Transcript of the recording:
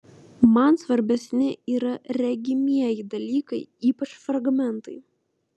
man svarbesni yra regimieji dalykai ypač fragmentai